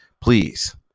Please